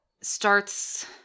starts